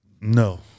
No